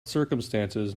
circumstances